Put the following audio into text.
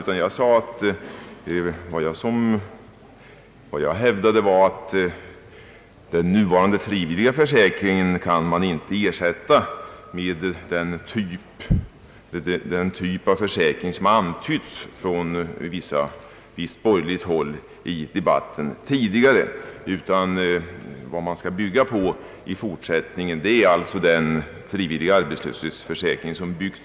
Vad jag hävdade var att man inte kan ersätta nuvarande frivilliga försäkring med den typ av försäkring som har antytts från visst borgerligt håll i den tidigare debatten. Det vi skall bygga på i fortsättningen är den frivillag arbetslöshetsförsäkring som vi har.